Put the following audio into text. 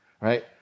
Right